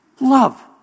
Love